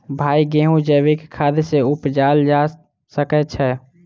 भाई गेंहूँ जैविक खाद सँ उपजाल जा सकै छैय?